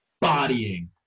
bodying